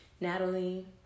Natalie